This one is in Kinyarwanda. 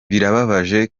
birababaje